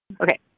Okay